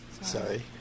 Sorry